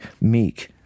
meek